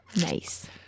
Nice